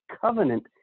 covenant